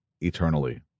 eternally